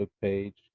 page